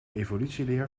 evolutieleer